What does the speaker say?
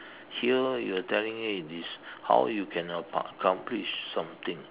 here you are telling me it is how you can a par~ accomplish something